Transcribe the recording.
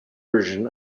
version